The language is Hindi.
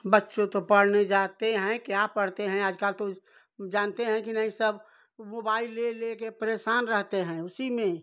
बच्चे तो पढ़ने जाते हैं क्या पढ़ते हैं आजकल तो जानते हैं कि नहीं सब मोबाइल ले लेकर परेशान रहते हैं उसी में